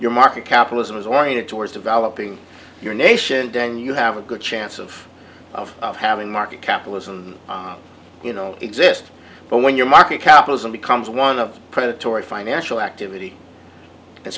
your market capitalism is oriented towards developing your nation then you have a good chance of of of having market capitalism you know exist but when you're market capitalism becomes one of predatory financial activity